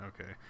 Okay